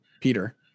peter